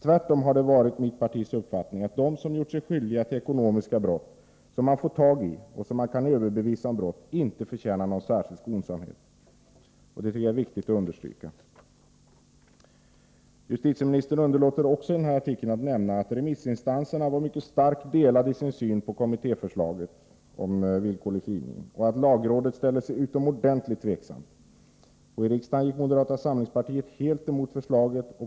Tvärtom har det varit mitt partis uppfattning att de som har gjort sig skyldiga till ekonomiska brott, om man får tag i dem och kan överbevisa dem om brott, inte förtjänar någon särskild skonsamhet. Det tycker jag är viktigt att understryka. Justitieministern underlåter också i den här artikeln att nämna att remissinstansernas syn på kommittéförslaget om villkorlig frigivning var mycket starkt delad, och att lagrådet ställde sig utomordentligt tveksamt. I riksdagen gick moderata samlingspartiet helt emot förslaget.